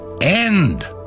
end